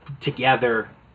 together